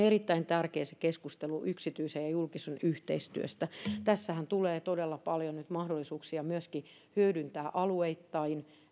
erittäin tärkeää se keskustelu yksityisen ja julkisen yhteistyöstä tässähän tulee todella paljon nyt mahdollisuuksia myöskin hyödyntää alueittain